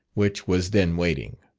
which was then waiting.